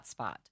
hotspot